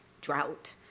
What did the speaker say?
drought